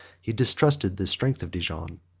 he distrusted the strength of dijon,